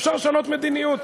אפשר לשנות מדיניות,